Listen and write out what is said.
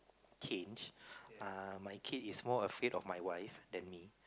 changed uh my kid is more afraid of my wife than me